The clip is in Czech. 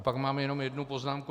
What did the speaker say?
Pak mám jenom jednu poznámku.